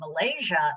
Malaysia